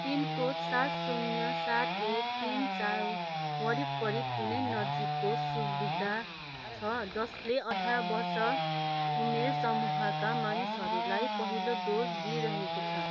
pin code सात शून्य सात एक तिन चार वरिपरि कुनै नजिकको सुविधा छ जसले अठार वर्ष उमेर समूहका मानिसहरूलाई पहिलो डोज दिइरहेको छ